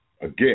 again